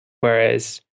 whereas